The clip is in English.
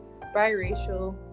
biracial